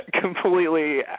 completely